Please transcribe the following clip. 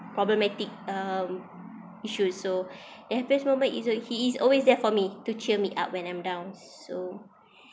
problematic uh issues so that have this moment is uh he is always there for me to cheer me up when I'm down so